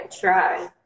try